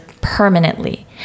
permanently